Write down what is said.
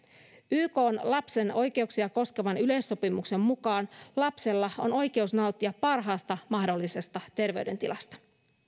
ykn lapsen oikeuksia koskevan yleissopimuksen mukaan lapsella on oikeus nauttia parhaasta mahdollisesta terveydentilasta